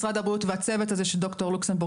משרד הבריאות והצוות הזה שד"ר לוקסנבורג